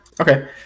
Okay